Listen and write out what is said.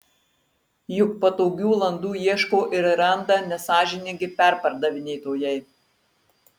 juk patogių landų ieško ir randa nesąžiningi perpardavinėtojai